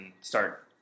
start